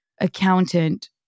accountant